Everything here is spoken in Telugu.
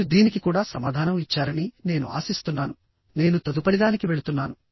మీరు దీనికి కూడా సమాధానం ఇచ్చారని నేను ఆశిస్తున్నాను నేను తదుపరిదానికి వెళుతున్నాను